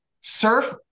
Surf